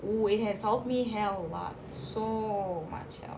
!wow! it has helped me hell lot so much help